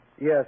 Yes